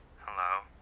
Hello